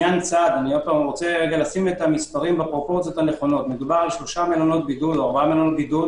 אשים את המספרים בפרופורציות מדובר בשלושה או ארבעה מלונות בידוד